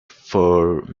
for